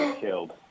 killed